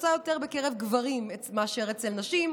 נפוצה יותר בקרב גברים מאשר אצל נשים,